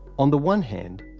on the one hand,